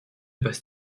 passe